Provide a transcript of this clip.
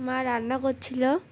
মা রান্না করছিল